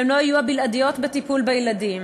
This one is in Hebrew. והן לא יהיו הבלעדיות בטיפול בילדים,